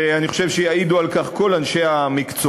ואני חושב שיעידו על כך כל אנשי המקצוע,